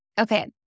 okay